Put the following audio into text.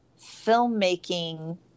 filmmaking